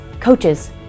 coaches